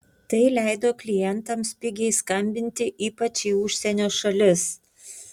tai leido klientams pigiai skambinti ypač į užsienio šalis